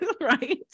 right